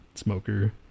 smoker